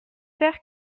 faire